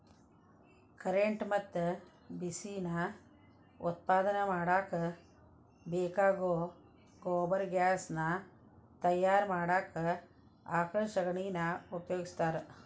current ಮತ್ತ ಬಿಸಿ ನಾ ಉತ್ಪಾದನೆ ಮಾಡಾಕ ಬೇಕಾಗೋ ಗೊಬರ್ಗ್ಯಾಸ್ ನಾ ತಯಾರ ಮಾಡಾಕ ಆಕಳ ಶಗಣಿನಾ ಉಪಯೋಗಸ್ತಾರ